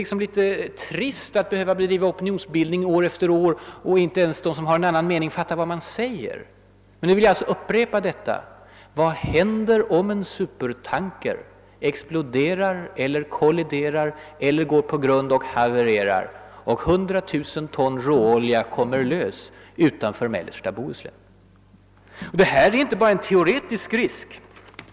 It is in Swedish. Det är litet trist att behöva bedriva opinionsbildning år efter år när de som har en annan mening inte ens fattar vad man säger. Jag vill alltså upprepa: Vad händer om en supertanker exploderar eller kolliderar eller går på grund och havererar och 100 000 ton råolja kommer ut utanför mellersta Bohuslän? Detta är inte bara en teoretisk risk.